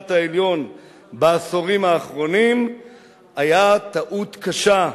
העליון בעשורים האחרונים היה טעות קשה,